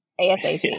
asap